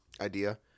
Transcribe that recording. idea